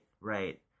right